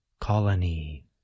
Colony